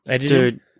Dude